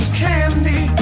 candy